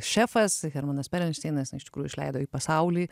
šefas hermanas perelšteinas na iš tikrųjų išleido į pasaulį